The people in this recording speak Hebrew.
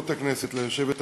חבר הכנסת מסעוד גנאים,